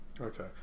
Okay